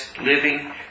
living